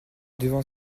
devant